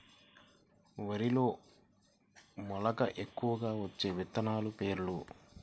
వరిలో మెలక ఎక్కువగా వచ్చే విత్తనాలు పేర్లు?